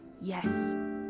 yes